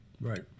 Right